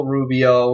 Rubio